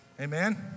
Amen